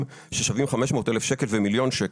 ששווים 500,000 שקלים ומיליון שקלים.